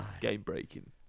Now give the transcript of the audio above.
Game-breaking